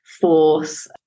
force